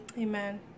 Amen